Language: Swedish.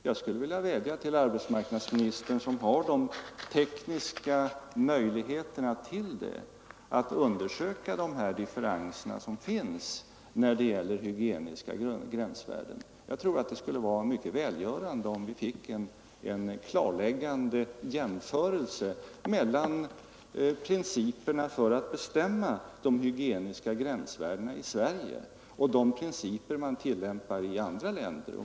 Jag skulle vilja vädja till arbetsmarknadsministern — som har de tekniska möjligheterna till det — att undersöka de differenser som finns när det gäller hygieniska gränsvärden. Jag tror att det skulle vara välgörande om vi fick en klargörande jämförelse mellan principerna för att bestämma de hygieniska gränsvärdena i Sverige och de principer man tillämpar i andra länder.